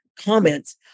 comments